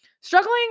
struggling